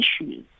issues